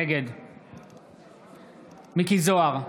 נגד מכלוף מיקי זוהר,